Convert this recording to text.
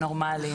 נורמליים,